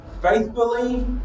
Faithfully